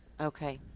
Okay